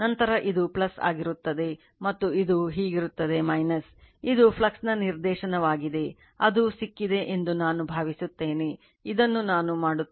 ನಂತರ ಇದು ಆಗಿರುತ್ತದೆ ಮತ್ತು ಇದು ಹೀಗಿರುತ್ತದೆ ಇದು ಫ್ಲಕ್ಸ್ನ ನಿರ್ದೇಶನವಾಗಿದೆ ಅದು ಸಿಕ್ಕಿದೆ ಎಂದು ನಾನು ಭಾವಿಸುತ್ತೇನೆ ಇದನ್ನು ನಾನು ಮಾಡುತ್ತೇನೆ